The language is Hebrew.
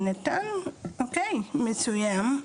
הביטוח הלאומי נתן "אוקיי" מסוים,